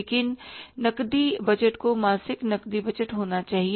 लेकिन नकदी बजट को मासिक नकदी बजट होना चाहिए